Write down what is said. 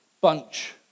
bunch